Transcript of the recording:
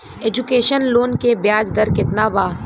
Education loan के ब्याज दर केतना बा?